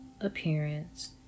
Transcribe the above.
appearance